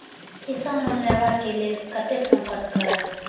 किसान लोन लेवा के लेल कते संपर्क करें?